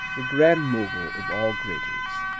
the grand mogul of all graters.